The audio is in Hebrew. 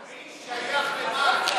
הכביש שייך למה?